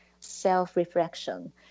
self-reflection